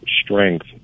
strength